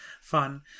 Fun